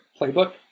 playbook